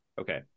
Okay